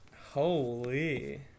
Holy